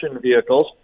vehicles